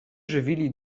żywili